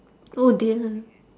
oh dear